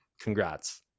congrats